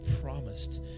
promised